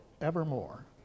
Evermore